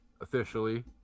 officially